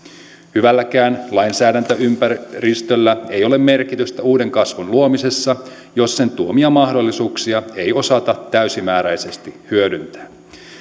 hyvälläkään lainsäädäntöympäristöllä ei ole merkitystä uuden kasvun luomisessa jos sen tuomia mahdollisuuksia ei osata täysimääräisesti hyödyntää